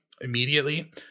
immediately